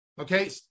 Okay